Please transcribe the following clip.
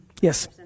Yes